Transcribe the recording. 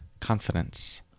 confidence